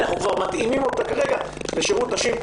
אנחנו כבר מתאימים אותה לשירות נשים.